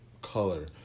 color